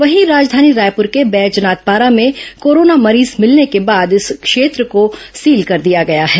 वहीं राजधानी रायपुर के बैजनाथ पारा में कोरोना मरीज मिलने के बाद क्षेत्र को सील कर दिया गया है